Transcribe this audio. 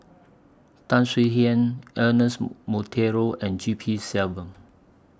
Tan Swie Hian Ernest Monteiro and G P Selvam